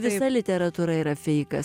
visa literatūra yra feikas